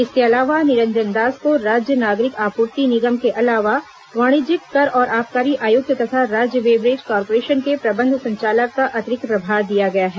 इसके अलावा निरंजन दास को राज्य नागरिक आपूर्ति निगम के अलावा वाणिज्यिक कर और आबकारी आयुक्त तथा राज्य बेवरेज कार्पोरेशन के प्रबंध संचालक का अतिरिक्त प्रभार दिया गया है